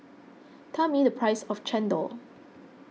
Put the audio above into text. tell me the price of Chendol